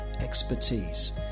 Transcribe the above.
expertise